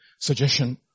suggestion